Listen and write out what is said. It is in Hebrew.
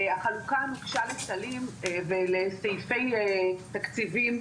החלוקה הנוקשה לסלים ולסעיפי תקציבים,